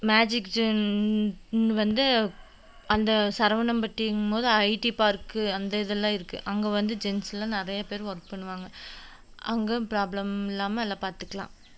magic ஜான்னு வந்து அந்த சரவணம்பட்டிங்கும் போது ஐடி பார்க்கு அந்த இதெலான் இருக்குது அங்கே வந்து ஜென்ஸ்லாம் நிறைய பேர் ஒர்க் பண்ணுவாங்க அங்கே ப்ராப்ளம் இல்லாமல் எல்லாம் பார்த்துக்குலாம்